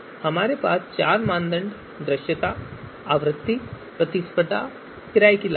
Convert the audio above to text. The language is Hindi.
हमारे पास चार मानदंड हैं दृश्यता आवृत्ति प्रतिस्पर्धा और किराए की लागत